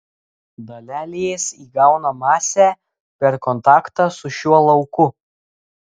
dalelės įgauna masę per kontaktą su šiuo lauku